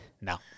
No